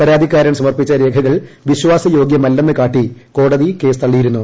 പരാതിക്കാരൻ സമർപ്പിച്ച രേഖകൾ വിശ്വാസയോഗൃമല്ലെന്ന് കാട്ടി കോടതി കേസ് തള്ളിയിരുന്നു